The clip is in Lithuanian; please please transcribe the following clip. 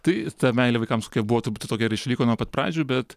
tai ta meilė vaikams kokia buvo turbūt tokia ir išliko nuo pat pradžių bet